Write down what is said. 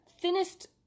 thinnest